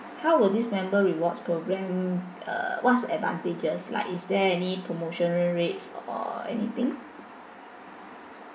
how will this member rewards program uh what's advantages like is there any promotional rates or anything